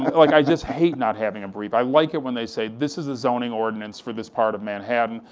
like, i just hate not having a brief, i like it when they say, this is the zoning ordinance for this part of manhattan,